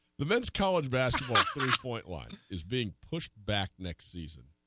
the men's college basketball-point line is being pushed back next season